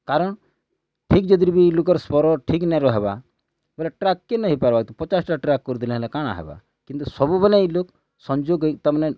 କାରଣ୍ ଠିକ୍ ଯଦିର୍ ବି ଲୋକର୍ ସ୍ୱର ଠିକ୍ ନାଇ ରହେବା ବୋଲେ ଟ୍ରାକକେ ନାଇ ହେଇପାର୍ବା ପଚାଶ୍ଟା ଟ୍ରାକ୍ କରିଦେଲେ ହେଲେ କାଣା ହେବା କିନ୍ତୁ ସବୁବେଲେ ଏଇ ଲୋକ୍ ସଂଯୋଗ୍ ହେଇ ତାମାନେ